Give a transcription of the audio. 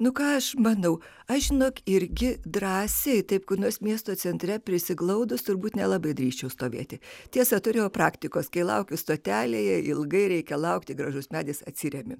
nu ką aš manau aš žinok irgi drąsiai taip kur nors miesto centre prisiglaudus turbūt nelabai drįsčiau stovėti tiesa turėjau praktikos kai laukiu stotelėje ilgai reikia laukti gražus medis atsiremiu